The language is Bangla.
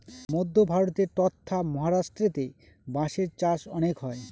মধ্য ভারতে ট্বতথা মহারাষ্ট্রেতে বাঁশের চাষ অনেক হয়